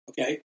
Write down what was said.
Okay